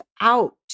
out